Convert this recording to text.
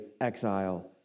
exile